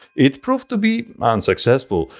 it proved to be unsuccessful.